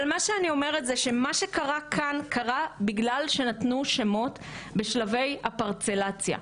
אבל מה שאני אומרת זה שמה שקרה כאן קרה בגלל שנתנו שמות בשלבי הפרצלציה,